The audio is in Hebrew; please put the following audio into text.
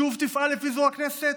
שוב תפעל לפיזור הכנסת?